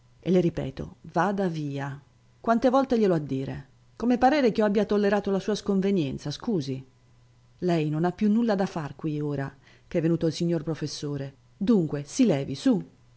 e le ripeto vada via quante volte gliel'ho a dire come parere ch'io abbia tollerato la sua sconvenienza scusi lei non ha più nulla da far qui ora che è venuto il signor professore dunque si levi su